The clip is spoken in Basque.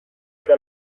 eta